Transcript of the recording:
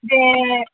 दे